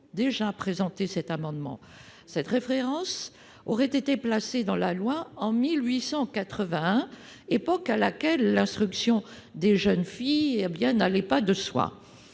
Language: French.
déjà présenté cet amendement. Cette mention aurait été inscrite dans la loi en 1881, époque à laquelle l'instruction des jeunes filles n'allait pas de soi.